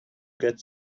get